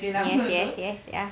yes yes yes ya